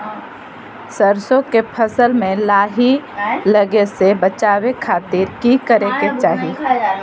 सरसों के फसल में लाही लगे से बचावे खातिर की करे के चाही?